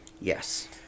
Yes